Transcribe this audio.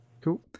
Cool